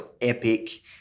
epic